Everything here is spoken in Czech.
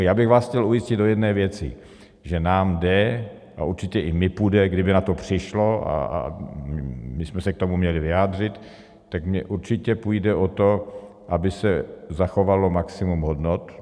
Já bych vás chtěl ujistit o jedné věci, že nám jde, a určitě i mně půjde, kdyby na to přišlo a my jsme se k tomu měli vyjádřit, tak mně určitě půjde o to, aby se zachovalo maximum hodnot.